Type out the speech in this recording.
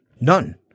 none